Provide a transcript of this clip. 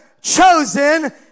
chosen